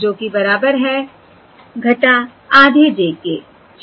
जो कि बराबर है आधे j के ठीक है